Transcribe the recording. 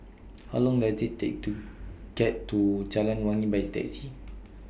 How Long Does IT Take to get to Jalan Wangi By Taxi